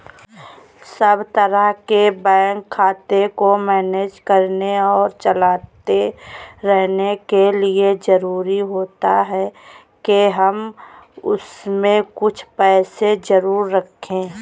सब तरह के बैंक खाते को मैनेज करने और चलाते रहने के लिए जरुरी होता है के हम उसमें कुछ पैसे जरूर रखे